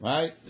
Right